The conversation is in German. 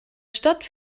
stadt